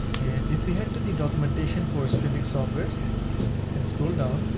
and if we head to the documentation for streaming software so and scroll down,